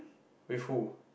with who